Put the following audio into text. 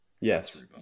Yes